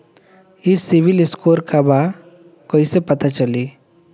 ई CIBIL score का बा कइसे पता चली?